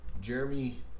Jeremy